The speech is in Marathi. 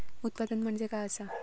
उत्पादन म्हणजे काय असा?